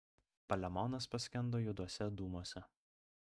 palemonas paskendo juoduose dūmuose